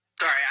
Sorry